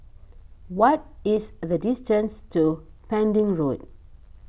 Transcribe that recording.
what is the distance to Pending Road